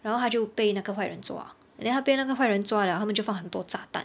然后他就被那个坏人抓 then 他被那个坏人抓了他们就放很多炸弹